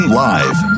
live